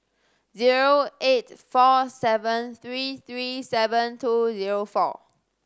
zero eight four seven three three seven two zero four